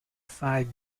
five